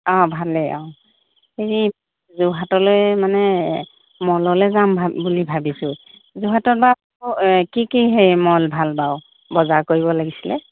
অ' ভালেই অ' হেৰি যোৰহাটলৈ মানে মললৈ যাম বুলি ভাবিছোঁ যোৰহাটত বা কি কি হেৰি মল ভাল বাৰু বজাৰ কৰিব লাগিছিলে